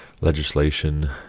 legislation